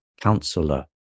counselor